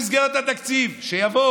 לזה אני אדאג במסגרת התקציב שיבוא